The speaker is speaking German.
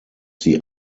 sie